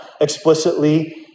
explicitly